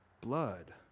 blood